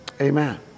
amen